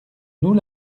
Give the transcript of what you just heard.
nous